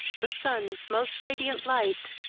the sun's most radiant light!